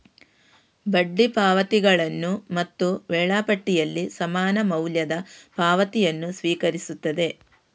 ಬಡ್ಡಿ ಪಾವತಿಗಳನ್ನು ಮತ್ತು ವೇಳಾಪಟ್ಟಿಯಲ್ಲಿ ಸಮಾನ ಮೌಲ್ಯದ ಪಾವತಿಯನ್ನು ಸ್ವೀಕರಿಸುತ್ತದೆ